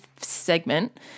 segment